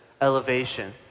elevation